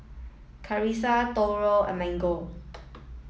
and Mango